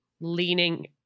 leaning